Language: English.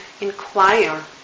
inquire